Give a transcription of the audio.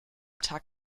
tag